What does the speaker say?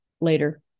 later